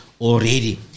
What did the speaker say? already